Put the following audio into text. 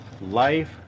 life